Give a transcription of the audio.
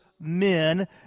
men